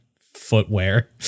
footwear